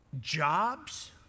jobs